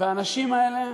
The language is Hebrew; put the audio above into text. והאנשים האלה,